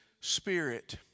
spirit